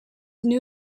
new